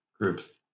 groups